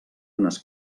unes